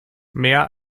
mehr